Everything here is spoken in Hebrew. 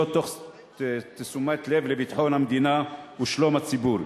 תוך תשומת לב לביטחון המדינה ולשלום הציבור.